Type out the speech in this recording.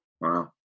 Wow